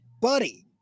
buddy